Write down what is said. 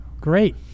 great